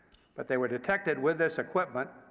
but they were detected with this equipment,